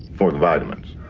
for the vitamins.